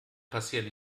passieren